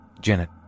Janet